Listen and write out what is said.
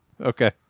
Okay